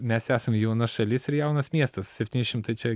mes esam jauna šalis ir jaunas miestas septyni šimtai čia